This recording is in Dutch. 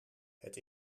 het